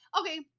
Okay